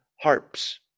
harps